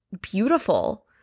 Beautiful